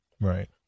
Right